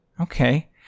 okay